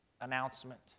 announcement